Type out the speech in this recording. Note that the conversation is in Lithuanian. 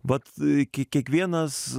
mat iki kiekvienas